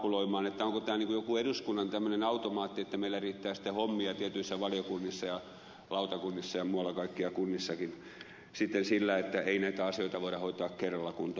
onko tämä joku eduskunnan tämmöinen automaatti että meillä riittää sitten hommia tietyissä valiokunnissa ja lautakunnissa ja muualla kunnissakin sitten sillä että ei näitä asioita voida hoitaa kerralla kuntoon